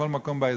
בכל מקום באזור.